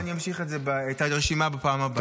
אני אמשיך את הרשימה בפעם הבאה.